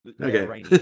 Okay